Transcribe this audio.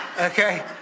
Okay